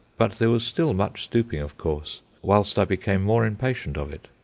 but there was still much stooping, of course, whilst i became more impatient of it.